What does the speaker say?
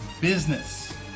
business